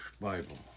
Bible